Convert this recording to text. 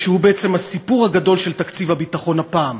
שהוא בעצם הסיפור הגדול של תקציב הביטחון הפעם.